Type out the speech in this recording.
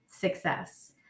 success